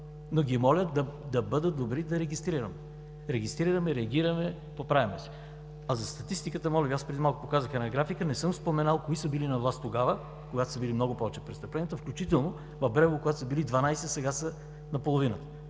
Но ги моля да бъдат добри да регистрират. Регистрираме, реагираме, поправяме се. А за статистиката, моля Ви. Преди малко показах една графика. Не съм споменал кои са били на власт тогава, когато са били много повече престъпленията. Включително в Брегово, когато са били 12, а сега са на половината.